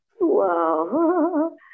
Wow